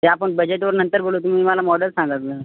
ते आपण बजेटवर नंतर बोलू तुम्ही मला मॉडल सांगा ज